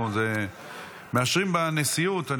מאשרים בנשיאות,